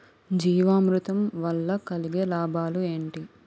జీవామృతం వల్ల కలిగే లాభాలు ఏంటి?